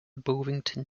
bovington